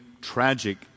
tragic